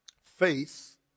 faith